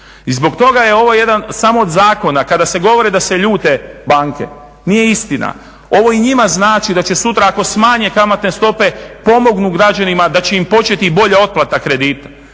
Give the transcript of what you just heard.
I zbog toga je ovo jedan samo od zakona, kada se govore da se ljute banke, nije istina, ovo i njima znači da će sutra ako smanje kamatne stope, pomognu građanima da će im početi i bolja otplata kredita.